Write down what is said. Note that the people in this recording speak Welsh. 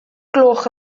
gloch